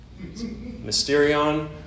Mysterion